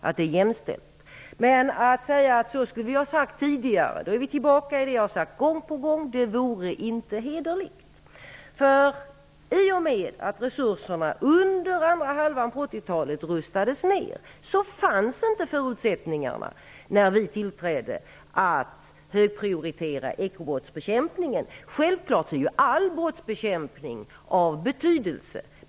Men om vi säger att så skulle vi ha sagt tidigare så är vi tillbaka till det som jag gång på gång har sagt, nämligen att det inte vore hederligt. I och med att resurserna under andra hälften av 80-talet rustades ner fanns inte förutsättningarna att högprioritera ekobrottsbekämpningen när vi tillträdde. Självfallet är all brottsbekämpning av betydelse.